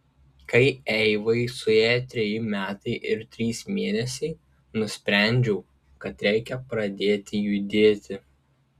kai eivai suėjo treji metai ir trys mėnesiai nusprendžiau kad reikia pradėti judėti